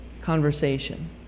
conversation